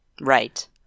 Right